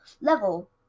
level